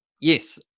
Yes